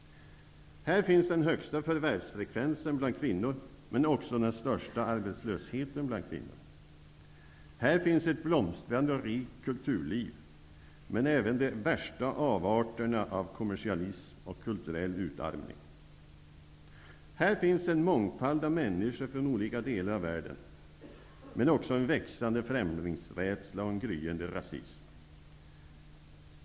Här finns den högsta förvärvsfrekvensen bland kvinnor, men också den största arbetslösheten bland kvinnor. Här finns ett blomstrande och rikt kulturliv, men även de värsta avarterna av kommersialism och kuturell utarmning. Här finns en mångfald av människor från olika delar av världen, men också en växande främlingsrädsla och en gryende rasism.